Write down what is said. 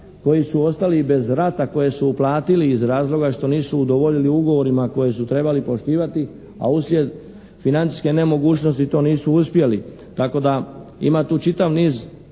koji su ostali bez rata koje su uplatili iz razloga što nisu udovoljili ugovorima koje su trebali poštivati, a uslijed financijske nemogućnosti to nisu uspjeli. Tako da ima tu čitav niz